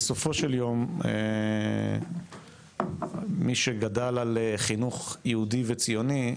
בסופו של יום, מי שגדל על חינוך יהודי וציוני,